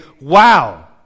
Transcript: wow